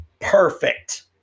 Perfect